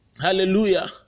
hallelujah